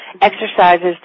exercises